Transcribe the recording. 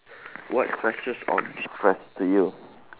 what stresses or destress to you